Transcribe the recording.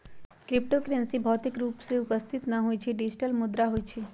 crypto currency भौतिक रूप में उपस्थित न होइ छइ इ डिजिटल मुद्रा होइ छइ